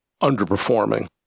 underperforming